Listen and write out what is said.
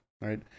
right